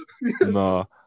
no